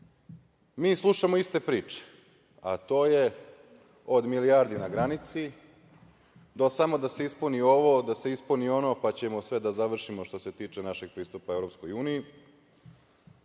mi slušamo iste priče, a to je od milijardi na granici, do samo da se ispuni ovo, da se ispuni ono, pa ćemo sve da završimo što se tiče našeg pristupa EU. Ako